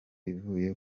ivuye